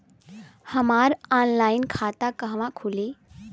हमार ऑनलाइन खाता कहवा खुली?